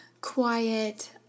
quiet